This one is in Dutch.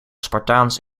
spartaans